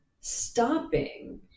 stopping